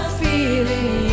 feeling